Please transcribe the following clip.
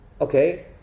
okay